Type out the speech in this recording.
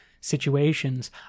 situations